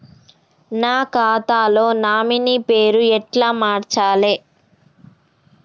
నా ఖాతా లో నామినీ పేరు ఎట్ల మార్చాలే?